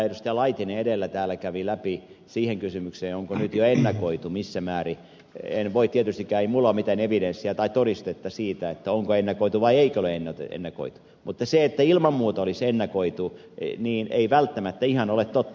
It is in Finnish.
laitinen edellä täällä kävi läpi siihen kysymykseen onko höytiäisessä voitu missä määrin on nyt jo ennakoitu tietystikään minulla ei ole mitään evidenssiä tai todistetta siitä onko ennakoitu vai eikö ole ennakoitu mutta se että ilman muuta olisi ennakoitu ei välttämättä ihan ole totta